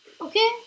Okay